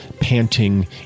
panting